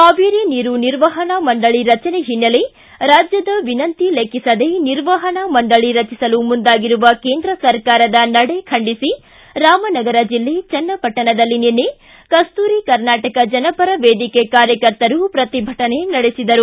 ಕಾವೇರಿ ನೀರು ನಿರ್ವಹಣಾ ಮಂಡಳಿ ರಚನೆ ಹಿನ್ನೆಲೆ ರಾಜ್ದದ ವಿನಂತಿ ಲೆಕ್ಕಿಸದೆ ನಿರ್ವಹಣಾ ಮಂಡಳಿ ರಚಿಸಲು ಮುಂದಾಗಿರುವ ಕೇಂದ್ರ ಸರ್ಕಾರದ ನಡೆ ಖಂಡಿಸಿ ರಾಮನಗರ ಜಿಲ್ಲೆ ಚನ್ನಪಟ್ಟಣದಲ್ಲಿ ನಿನ್ನೆ ಕಸ್ತೂರಿ ಕರ್ನಾಟಕ ಜನಪರ ವೇದಿಕೆ ಕಾರ್ಯಕರ್ತರು ಪ್ರತಿಭಟನೆ ನಡೆಸಿದರು